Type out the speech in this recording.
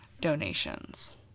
donations